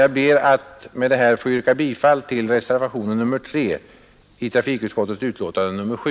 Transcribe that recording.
Jag ber med detta att få yrka bifall till reservationen 3 vid trafikutskottets betänkande nr 7.